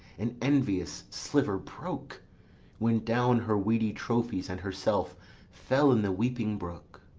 an envious sliver broke when down her weedy trophies and herself fell in the weeping brook.